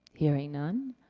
hearing none.